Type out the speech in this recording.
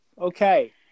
Okay